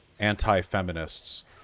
anti-feminists